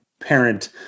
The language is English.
parent